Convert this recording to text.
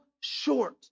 short